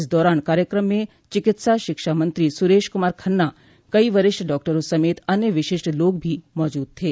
इस दौरान कार्यकम में चिकित्सा शिक्षा मंत्री सुरेश कुमार खन्ना कई वरिष्ठ डॉक्टरों समेत अन्य विशिष्ट लोग भी मौजूद थे